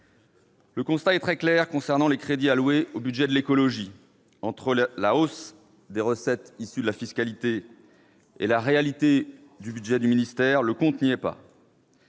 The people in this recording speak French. Le constat est très clair concernant les crédits alloués au budget de l'écologie : à comparer la hausse des recettes issues de la fiscalité avec la réalité du budget du ministère, le compte n'y est pas.